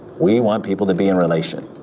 we want people to be in relation